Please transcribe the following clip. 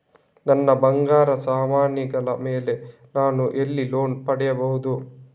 ನನ್ನ ಬಂಗಾರ ಸಾಮಾನಿಗಳ ಮೇಲೆ ನಾನು ಎಲ್ಲಿ ಲೋನ್ ಪಡಿಬಹುದು?